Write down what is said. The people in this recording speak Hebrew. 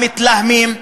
המתלהמים.